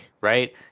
right